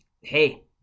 hey